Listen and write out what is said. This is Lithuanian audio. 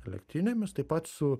elektrinėmis taip pat su